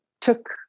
took